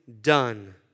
done